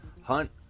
Hunt